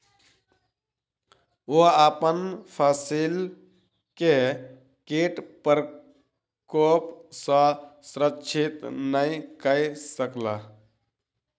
ओ अपन फसिल के कीट प्रकोप सॅ सुरक्षित नै कय सकला